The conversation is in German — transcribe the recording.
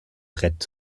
brett